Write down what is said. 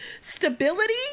stability